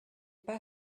pas